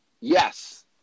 Yes